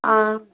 ஆ